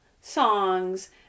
songs